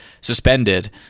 suspended